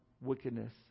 wickedness